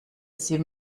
sie